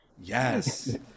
Yes